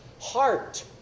Heart